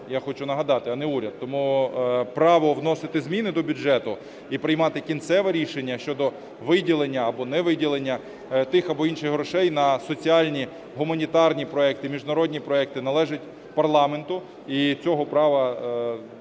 я хочу нагадати, а не уряд. Тому право вносити зміни до бюджету і приймати кінцеве рішення щодо виділення або не виділення тих або інших грошей на соціальні, гуманітарні проекти, міжнародні проекти належить парламенту, і цього права в